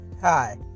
Hi